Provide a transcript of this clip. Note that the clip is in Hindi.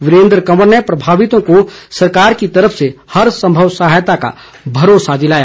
वीरेन्द्र कंवर ने प्रभावितों को सरकार की तरफ से हर सम्भव सहायता का भरोसा दिलाया